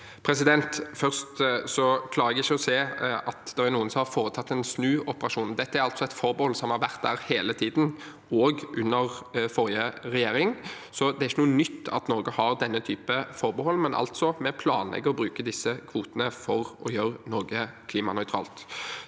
Først: Jeg klarer ikke å se at det er noen som har foretatt en snuoperasjon. Dette er et forbehold som har vært der hele tiden, også under forrige regjering, så det er ikke noe nytt at Norge har denne type forbehold, men vi planlegger å bruke disse kvotene for å gjøre Norge klimanøytralt.